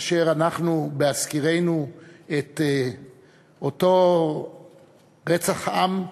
כאשר אנחנו, בהזכירנו את אותו רצח עם,